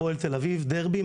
הפועל תל אביב דרבי,